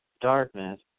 darkness